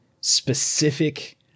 specific